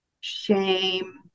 shame